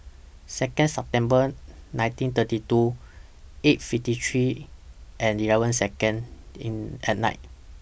Second September nineteen thirty two eight fifty three and eleven Second At Night